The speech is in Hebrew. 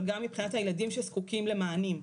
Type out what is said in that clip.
אבל גם מבחינת הילדים שזקוקים למענים.